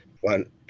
one